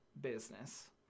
business